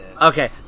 Okay